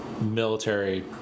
military